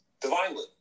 divinely